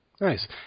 Nice